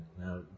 Now